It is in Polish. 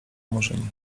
murzyni